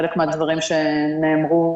חלק מהדברים שנאמרו,